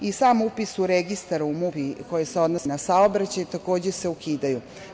I sam upis u registar u MUP koji se odnosi na saobraćaj, takođe se ukidaju.